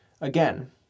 Again